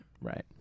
Right